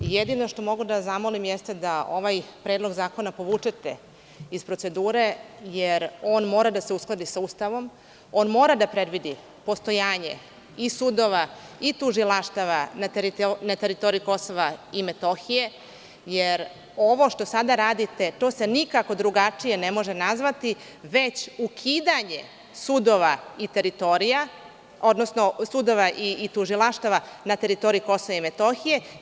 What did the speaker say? Jedino što mogu da vas zamolim jeste da ovaj Predlog zakona povučete iz procedure, jer on mora da se uskladi sa Ustavom, on mora da predvidi postojanje i sudova i tužilaštava na teritoriji Kosova i Metohije, jer ovo što sada radite nikako se drugačije ne može nazvati, već ukidanje sudova i tužilaštava na teritoriji Kosova i Metohije.